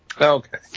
Okay